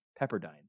Pepperdine